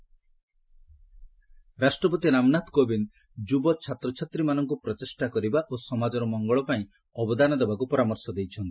ପ୍ରେଜ୍ ଗୋଆ ରାଷ୍ଟ୍ରପତି ରାମନାଥ କୋବିନ୍ଦ୍ ଯୁବ ଛାତ୍ରଛାତ୍ରୀମାନଙ୍କୁ ପ୍ରଚେଷ୍ଟା କରିବା ଓ ସମାଜର ମଙ୍ଗଳପାଇଁ ଅବାଦନ ଦେବାକୁ ପରାମର୍ଶ ଦେଇଛନ୍ତି